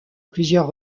plusieurs